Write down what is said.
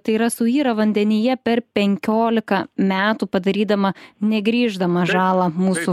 tai yra suyra vandenyje per penkiolika metų padarydama negrįžtamą žalą mūsų